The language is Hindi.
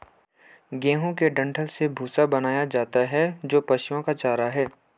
गेहूं के डंठल से भूसा बनाया जाता है जो पशुओं का चारा है